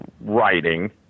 writing